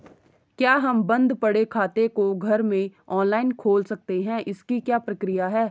क्या हम बन्द पड़े खाते को घर में ऑनलाइन खोल सकते हैं इसकी क्या प्रक्रिया है?